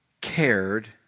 cared